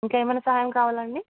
ఇంకా ఏమైనా సహాయం కావాలండి